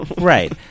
right